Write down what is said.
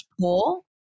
pull